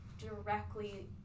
directly